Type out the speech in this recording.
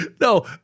No